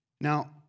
Now